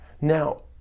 Now